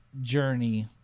Journey